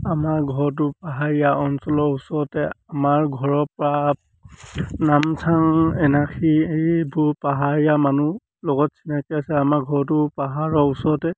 আমাৰ ঘৰটো পাহাৰীয়া অঞ্চলৰ ওচৰতে আমাৰ ঘৰৰপৰা নামচাং এনাখি এইবোৰ পাহাৰীয়া মানুহ লগত চিনাকি আছে আমাৰ ঘৰটো পাহাৰৰ ওচৰতে